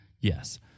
Yes